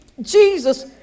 Jesus